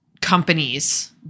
companies